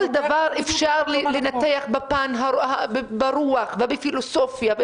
כל דבר אפשר לנתח ברוח ובפילוסופיה.